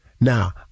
Now